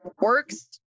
works